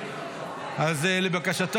אז לבקשתו,